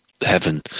heaven